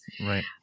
Right